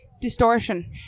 Distortion